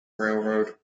railroad